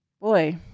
Boy